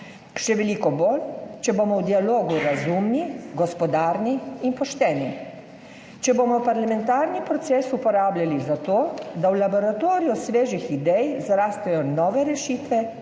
še veliko bolj, če bomo v dialogu razumni, gospodarni in pošteni, če bomo parlamentarni proces uporabljali zato, da v laboratoriju svežih idej zrastejo nove rešitve,